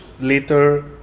later